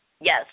Yes